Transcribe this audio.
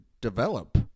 develop